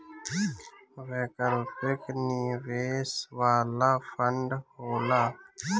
वैकल्पिक निवेश वाला फंड होला